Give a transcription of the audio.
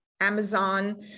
Amazon